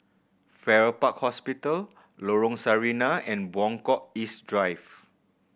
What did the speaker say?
Farrer Park Hospital Lorong Sarina and Buangkok East Drive